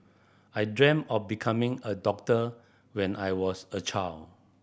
I dreamt of becoming a doctor when I was a child